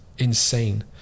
Insane